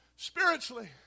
Spiritually